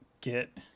get